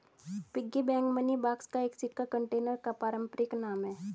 piggy bank money box एक सिक्का container का पारंपरिक नाम है